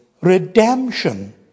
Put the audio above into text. redemption